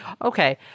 Okay